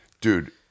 Dude